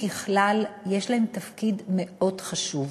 ככלל, יש להם תפקיד מאוד חשוב,